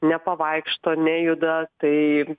nepavaikšto nejuda tai